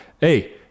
hey